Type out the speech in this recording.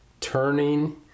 turning